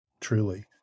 truly